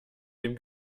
dem